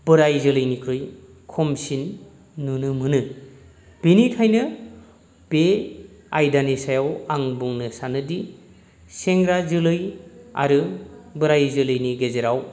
बोराइ जोलैनिख्रुइ खमसिन नुनो मोनो बेनिखायनो बे आयदानि सायाव आं बुंनो सानोदि सेंग्रा जोलै आरो बोराइ जोलैनि गेजेराव